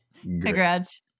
Congrats